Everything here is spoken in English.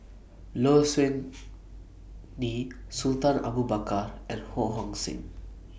Low Siew Nghee Sultan Abu Bakar and Ho Hong Sing